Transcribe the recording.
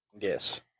Yes